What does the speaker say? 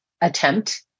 attempt